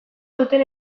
duten